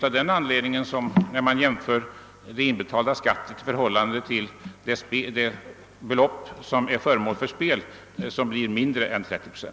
Av den anledningen blir den inbetalda skatten mindre än 30 procent när man jämför med det belopp som är föremål för spel.